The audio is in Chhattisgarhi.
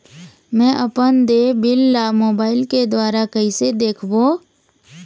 मैं अपन देय बिल ला मोबाइल के द्वारा कइसे देखबों?